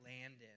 Landon